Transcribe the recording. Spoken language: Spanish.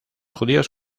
judíos